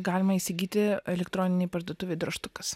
galima įsigyti elektroninėj parduotuvėj drožtukas